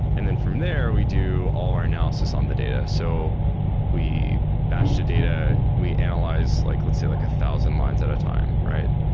and then from there we do all our analysis on the data. so we batch the data. we analyze like let's say like a thousand lines at a time, right?